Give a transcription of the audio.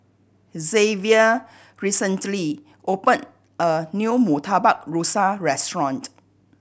Zavier recently opened a new Murtabak Rusa restaurant